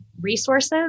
resources